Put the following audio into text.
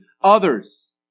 others